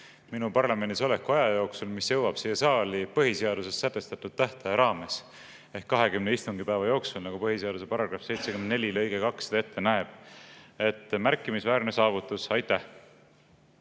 minu parlamendis oleku aja jooksul, mis jõuab siia saali põhiseaduses sätestatud tähtaja ehk 20 istungipäeva jooksul, nagu põhiseaduse § 74 lõige 2 seda ette näeb. Märkimisväärne saavutus. Aitäh!